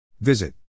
Visit